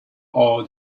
all